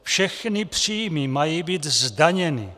Všechny příjmy mají být zdaněny.